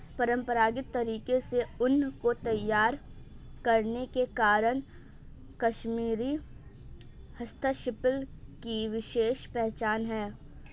परम्परागत तरीके से ऊन को तैयार करने के कारण कश्मीरी हस्तशिल्प की विशेष पहचान है